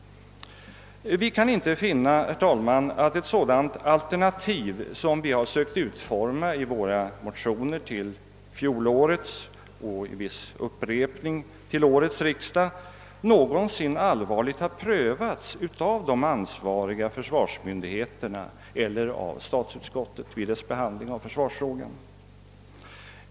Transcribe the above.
Herr talman! Vi kan inte finna att ett sådant alternativ som vi har sökt utforma i våra motioner till fjolårets riksdag — och med viss upprepning till årets riksdag — allvarligt har prövats av de ansvariga försvarsmyndigheterna eller av statsutskottet vid dess behandling av försvarsfrågan.